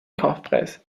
kaufpreis